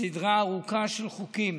סדרה ארוכה של חוקים